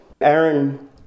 Aaron